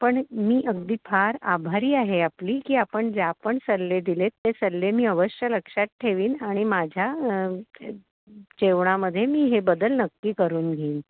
पण मी अगदी फार आभारी आहे आपली की आपण ज्या पण सल्ले दिलेत ते सल्ले मी अवश्य लक्षात ठेवीन आणि माझ्या जेवणामध्ये मी हे बदल नक्की करून घेईन